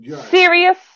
Serious